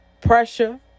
pressure